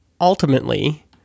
ultimately